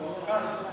כאן.